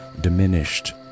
diminished